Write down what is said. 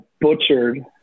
butchered